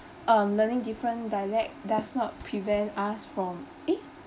um learning different dialect does not prevent us from eh